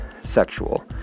sexual